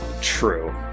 True